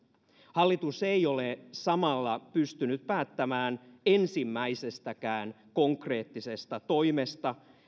hallitus ei ole samalla pystynyt päättämään ensimmäisestäkään konkreettisesta toimesta